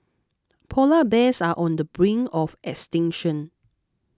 Polar Bears are on the brink of extinction